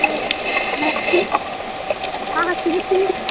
तो मैं सुनो हाँ हाँ सुनिए सुनिए सुनिए